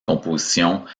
compositions